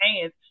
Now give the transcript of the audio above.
hands